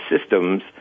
systems